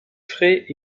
frais